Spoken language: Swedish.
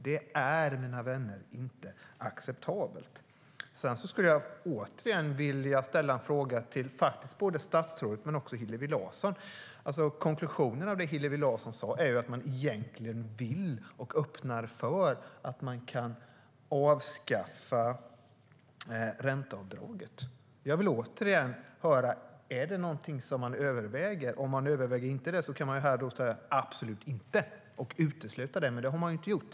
Det är, mina vänner, inte acceptabelt. Jag skulle återigen vilja ställa en fråga till både statsrådet och Hillevi Larsson. Konklusionen av det som Hillevi Larsson sa är att man egentligen vill och öppnar för att avskaffa ränteavdraget. Är det någonting som man överväger? Om man inte överväger det kan man för att utesluta detta säga att man absolut inte gör det. Men det har man inte gjort.